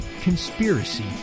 conspiracy